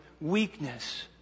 weakness